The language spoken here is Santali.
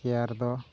ᱪᱮᱭᱟᱨ ᱫᱚ